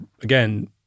again